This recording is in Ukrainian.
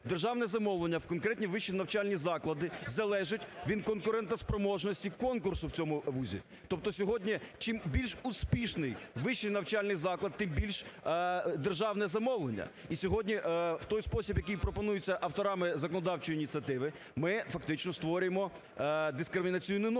державне замовлення в конкретні вищі навчальні заклади залежать від конкурентоспроможність конкурсу в цьому вузі, тобто сьогодні чим більш успішний вищий навчальний заклад тим більш державне замовлення. І сьогодні в той спосіб, який пропонується авторами законодавчої ініціативи, ми фактично створюємо дискримінаційну норму.